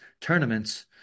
tournaments